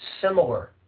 similar